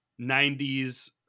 90s